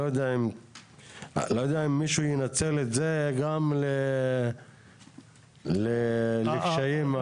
אני לא יודע אם מישהו ינצל את זה כדי ליצור קשיים.